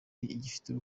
ifitiye